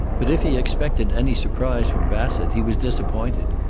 but if he expected any surprise from bassett he was disappointed.